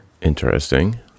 Interesting